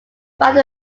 found